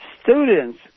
students